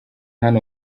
hano